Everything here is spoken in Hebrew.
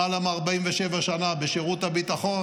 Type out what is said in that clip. למעלה מ-47 שנים בשירות הביטחון,